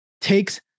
takes